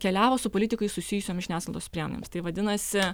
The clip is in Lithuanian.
keliavo su politikais susijusiom žiniasklaidos priemonėms tai vadinasi